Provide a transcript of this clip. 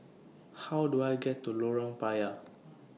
How Do I get to Lorong Payah